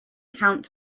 count